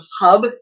hub